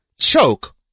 choke